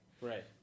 Right